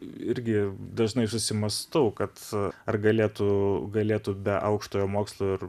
irgi dažnai susimąstau kad ar galėtų galėtų be aukštojo mokslo ir